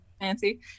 fancy